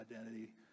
identity